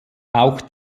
auch